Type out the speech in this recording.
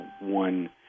one